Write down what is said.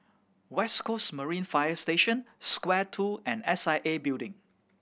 West Coast Marine Fire Station Square Two and S I A Building